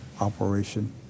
operation